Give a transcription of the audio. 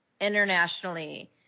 internationally